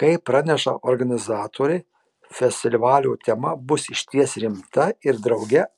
kaip praneša organizatoriai festivalio tema bus išties rimta ir drauge